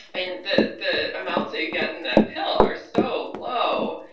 and the the amounts that you get in the pill are so low,